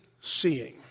seeing